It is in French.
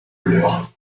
leur